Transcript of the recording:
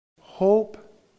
Hope